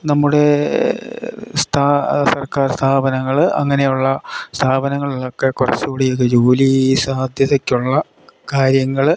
നമ്മുടെ സർക്കാർ സ്ഥാപനങ്ങൾ അങ്ങനെയുള്ള സ്ഥാപനങ്ങളിലൊക്കെ കുറച്ച് കൂടിയൊക്കെ ജോലി സാധ്യതക്കുള്ള കാര്യങ്ങൾ